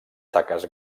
taques